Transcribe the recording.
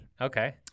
Okay